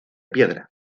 piedra